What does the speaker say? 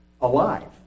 Alive